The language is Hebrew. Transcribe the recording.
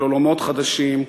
אל עולמות חדשים,